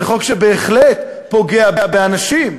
זה חוק שבהחלט פוגע באנשים.